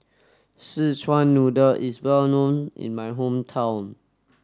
Szechuan Noodle is well known in my hometown